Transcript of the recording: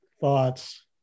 thoughts